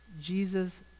Jesus